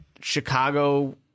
chicago